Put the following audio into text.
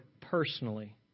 personally